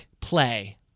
play